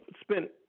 spent